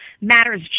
matters